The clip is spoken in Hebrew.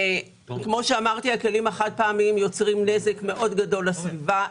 הכלים החד-פעמיים יוצרים נזק מאוד גדול לסביבה,